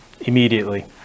immediately